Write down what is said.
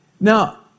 Now